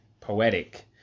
poetic